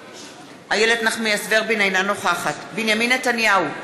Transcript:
אינה נוכחת בנימין נתניהו,